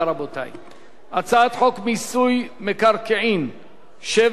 הצעת חוק מיסוי מקרקעין (שבח ורכישה) (תיקון,